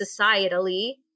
societally